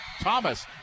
Thomas